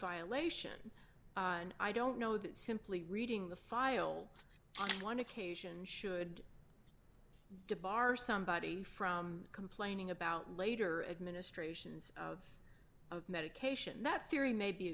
violation and i don't know that simply reading the file on one occasion should devote our somebody from complaining about later administrations of of medication that theory may be